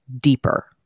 deeper